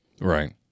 right